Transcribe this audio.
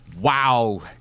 wow